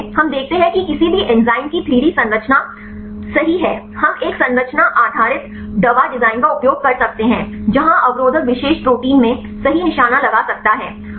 इसलिए हम देखते हैं कि किसी भी एंजाइम की 3 डी संरचना सही है हम एक संरचना आधारित दवा डिजाइन का उपयोग कर सकते हैं जहां अवरोधक विशेष प्रोटीन में सही निशाना लगा सकता है